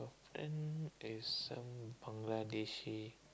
and there is some Bangladeshi